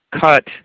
cut